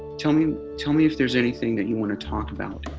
tell me tell me if there's anything that you want to talk about.